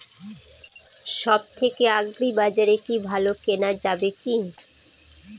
সব থেকে আগ্রিবাজারে কি ভালো কেনা যাবে কি?